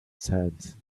sense